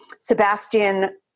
Sebastian